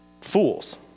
fools